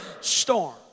storm